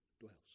dwells